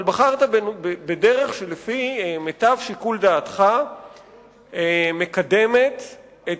אבל בחרת בדרך שלפי מיטב שיקול דעתך מקדמת את